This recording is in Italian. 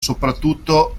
soprattutto